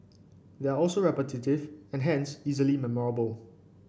they are also repetitive and hence easily memorable